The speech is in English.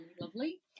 lovely